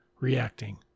reacting